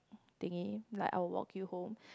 thingy like I'll walk you home